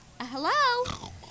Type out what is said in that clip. Hello